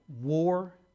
war